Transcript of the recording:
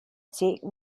take